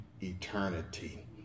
eternity